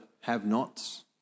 have-nots